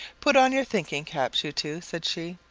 put on your thinking-caps, you two, said she.